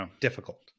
difficult